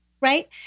Right